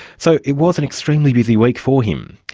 so it was an extremely busy week for him.